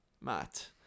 Matt